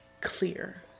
clear